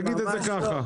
תגיד את זה כך.